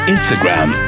Instagram